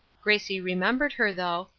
gracie remembered her, though,